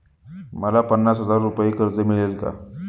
मला पन्नास हजार रुपये कर्ज मिळेल का?